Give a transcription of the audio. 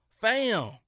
fam